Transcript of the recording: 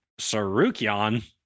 Sarukyan